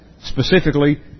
specifically